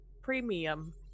premium